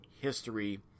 history